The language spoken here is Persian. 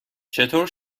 چطور